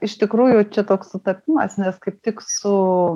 iš tikrųjų čia toks sutapimas nes kaip tik su